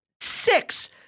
six